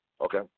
Okay